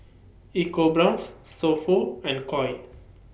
EcoBrown's So Pho and Koi